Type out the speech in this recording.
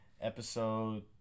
Episode